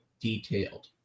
detailed